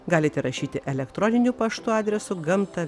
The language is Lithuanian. galite rašyti elektroniniu paštu adresu gamta